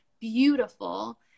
beautiful